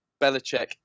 Belichick